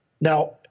Now